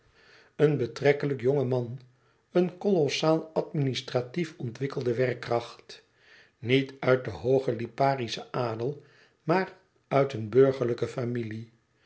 een betrekkelijk jongen man een kolossaal administratief ontwikkelde werkkracht niet uit den hoogen liparischen adel maar uit een burgerlijke familie